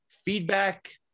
Feedback